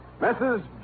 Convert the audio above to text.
Mrs